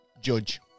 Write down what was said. judge